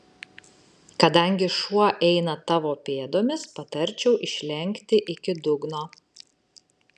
kadangi šuo eina tavo pėdomis patarčiau išlenkti iki dugno